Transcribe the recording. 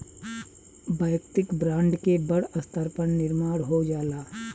वैयक्तिक ब्रांड के बड़ स्तर पर निर्माण हो जाला